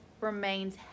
remains